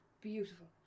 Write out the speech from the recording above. beautiful